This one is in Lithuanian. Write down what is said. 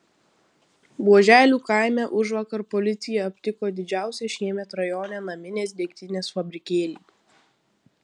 buoželių kaime užvakar policija aptiko didžiausią šiemet rajone naminės degtinės fabrikėlį